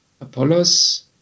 Apollos